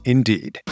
Indeed